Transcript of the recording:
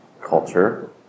culture